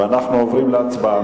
ואנחנו עוברים להצבעה.